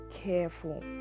careful